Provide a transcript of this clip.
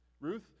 Ruth